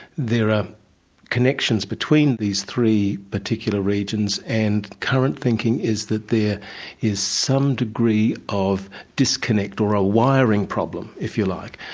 there are connections between these three particular regions and the current thinking is that there is some degree of disconnect, or a wiring problem if you like,